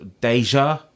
Deja